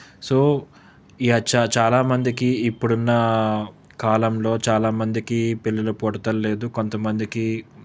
so ఇఅచ చాలా మందికి ఇప్పుడు ఉన్న కాలంలో చాలా మందికి పిల్లలు పుట్టడం లేదు కొంతమందికి